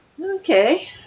okay